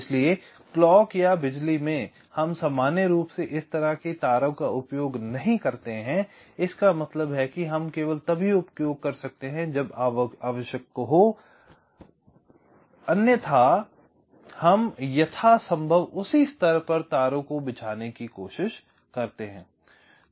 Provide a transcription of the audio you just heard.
इसलिए क्लॉक या बिजली में हम सामान्य रूप से इस तरह के तारों का उपयोग नहीं करते हैं इसका मतलब है कि हम केवल तभी उपयोग कर सकते हैं जब आवश्यक नहीं अन्यथा हम यथासंभव उसी स्तर पर तारों को बिछाने की कोशिश करते हैं